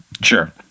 sure